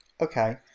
Okay